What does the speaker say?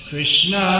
Krishna